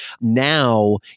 Now